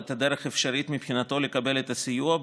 את הדרך האפשרית מבחינתו לקבל את הסיוע,